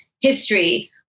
history